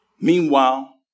Meanwhile